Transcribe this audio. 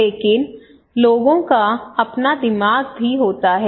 लेकिन लोगों का अपना दिमाग भी होता है